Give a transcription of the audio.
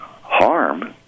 harm